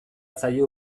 zaio